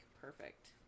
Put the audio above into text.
Perfect